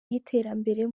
y’iterambere